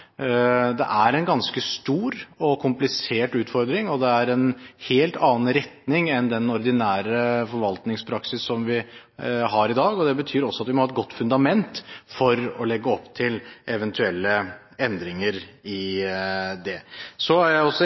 Det er en ganske stor og komplisert utfordring, og det er en helt annen retning enn den ordinære forvaltningspraksis som vi har i dag. Det betyr også at vi må ha et godt fundament for å legge opp til eventuelle endringer i det. Så er jeg også